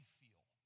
feel